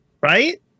Right